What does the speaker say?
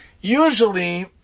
Usually